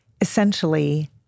essentially